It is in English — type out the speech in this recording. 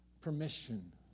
permission